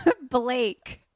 Blake